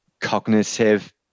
cognitive